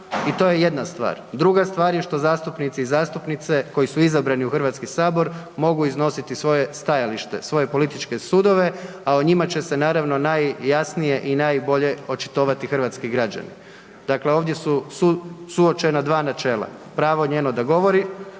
i to je jedna stvar. Druga stvar je što zastupnici i zastupnice koji su izabrani u Hrvatski sabor mogu iznositi svoje stajalište, svoje političke sudove a o njima će se naravno najjasnije i najbolje očitovati hrvatski građani. Dakle ovdje su suočena dva načelo, pravo njeno da govori